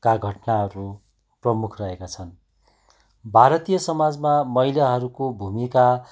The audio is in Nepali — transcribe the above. का घटनाहरू प्रमुख रहेका छन् भारतीय समाजमा महिलाहरूको भूमिका